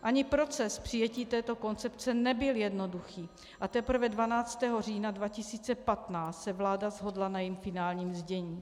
Ani proces přijetí této koncepce nebyl jednoduchý a teprve 12. října 2015 se vláda shodla na jejím finálním znění.